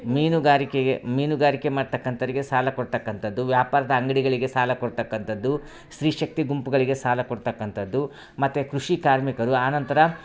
ಮೀನುಗಾರಿಕೆಗೆ ಮೀನುಗಾರಿಕೆ ಮಾಡ್ತಕ್ಕಂಥೋರಿಗೆ ಸಾಲ ಕೊಡ್ತಕ್ಕಂಥದ್ದು ವ್ಯಾಪಾರದ ಅಂಗಡಿಗಳಿಗೆ ಸಾಲ ಕೊಡ್ತಕ್ಕಂಥದ್ದು ಸ್ತ್ರೀ ಶಕ್ತಿ ಗುಂಪುಗಳಿಗೆ ಸಾಲ ಕೊಡ್ತಕ್ಕಂಥದ್ದು ಮತ್ತು ಕೃಷಿ ಕಾರ್ಮಿಕರು ಆನಂತರ